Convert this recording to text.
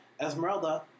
Esmeralda